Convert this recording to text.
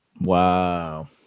Wow